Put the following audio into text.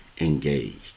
engaged